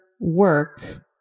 work